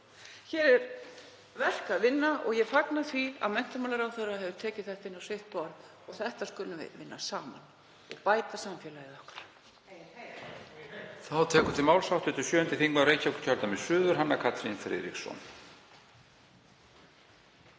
Hér er verk að vinna og ég fagna því að menntamálaráðherra hafi tekið þetta inn á sitt borð. Þetta skulum við vinna saman og bæta samfélagið okkar